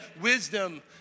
wisdom